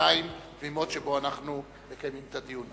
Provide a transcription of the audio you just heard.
שעתיים תמימות, שבהן אנחנו מקיימים את הדיון.